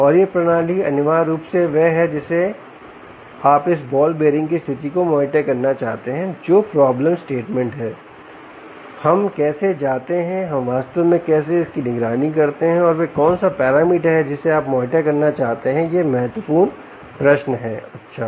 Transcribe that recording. और यह प्रणाली अनिवार्य रूप से वह है जिससे आप इस बॉल बीयरिंग की स्थिति को मॉनिटर करना चाहते हैं जो प्रॉब्लम स्टेटमेंट है हम कैसे जाते हैं हम वास्तव में कैसे इसकी निगरानी करते हैं और वह कौन सा पैरामीटर है जिसे आप मॉनिटर करना चाहते हैं यह महत्वपूर्ण प्रश्न अच्छा